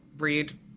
read